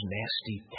nasty